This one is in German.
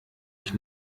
ich